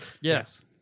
Yes